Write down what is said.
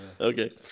Okay